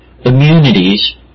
immunities